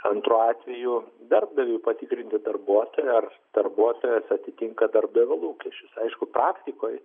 antru atveju darbdaviui patikrinti darbuotoją ar darbuotojas atitinka darbdavio lūkesčius aišku praktikoj